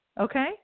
okay